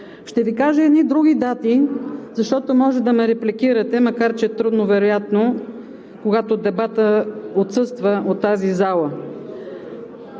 Ще Ви кажа едни други данни, защото може да ме репликирате, макар че е трудно вероятно, когато дебатът отсъства от тази зала.